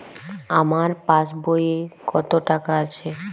আমার পাসবই এ কত টাকা আছে?